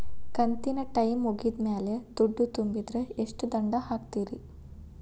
ಕಂತಿನ ಟೈಮ್ ಮುಗಿದ ಮ್ಯಾಲ್ ದುಡ್ಡು ತುಂಬಿದ್ರ, ಎಷ್ಟ ದಂಡ ಹಾಕ್ತೇರಿ?